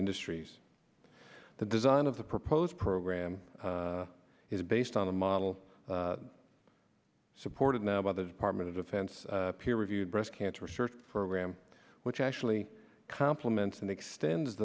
industries the design of the proposed program is based on a model supported now by the department of defense peer reviewed breast cancer research program which actually compliments and extend